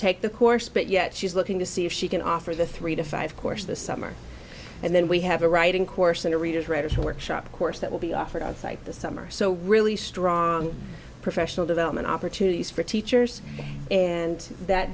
take the course but yet she's looking to see if she can offer the three to five course this summer and then we have a writing course in a reader's writers workshop course that will be offered onsite this summer so we're really strong professional development opportunities for teachers and that